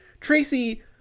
Tracy